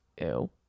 Ew